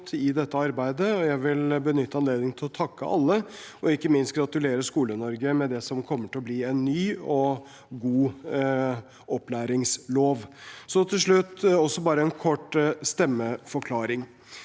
jeg vil benytte anledningen til å takke alle og ikke minst gratulere Skole-Norge med det som kommer til å bli en ny og god opplæringslov. Til slutt en kort stemmeforklaring: